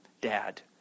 Dad